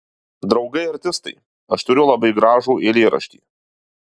draugai artistai aš turiu labai gražų eilėraštį